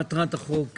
(מטרת החוק).